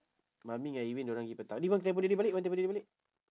mummy ngan erwin diorang gi petang ni bang telephone dik balik bang telephone dik balik